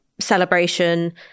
celebration